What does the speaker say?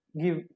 give